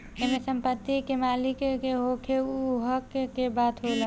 एमे संपत्ति के मालिक के होखे उ हक के बात होला